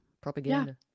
Propaganda